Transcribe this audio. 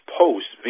post